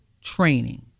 training